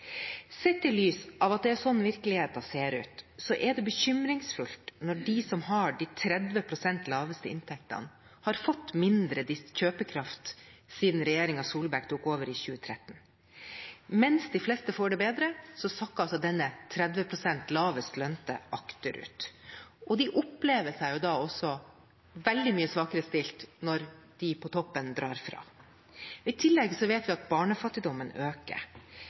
Sett i lys av at det er slik virkeligheten ser ut, er det bekymringsfullt når de som har de 30 pst. laveste inntektene, har fått mindre kjøpekraft siden regjeringen Solberg tok over i 2013. Mens de fleste får det bedre, sakker disse 30 pst. lavest lønte akterut. De opplever seg også veldig mye svakere stilt når de på toppen drar fra. I tillegg vet vi at barnefattigdommen øker.